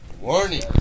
Warning